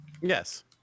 yes